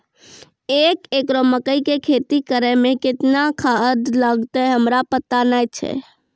एक एकरऽ मकई के खेती करै मे केतना खाद लागतै हमरा पता नैय छै?